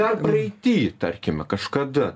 dar praeity tarkime kažkada